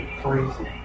crazy